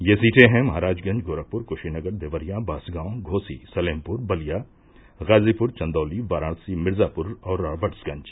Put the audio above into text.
ये सीटें हैं महराजगंज गोरखप्र क्शीनगर देवरिया बांसगांव घोसी सलेमप्र बलिया गाजीप्र चन्दौली वाराणसी मिर्जापूर और राबर्ट्सगंज